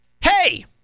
Hey